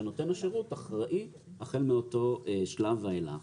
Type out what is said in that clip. ושנותן השירות אחראי החל מאותו שלב ואילך.